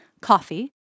coffee